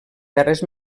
terres